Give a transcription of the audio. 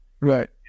Right